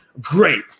great